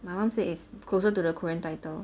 my mum say is closer to the korean title